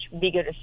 bigger